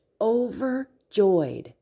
overjoyed